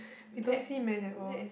you don't see man at all